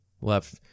left